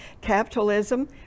capitalism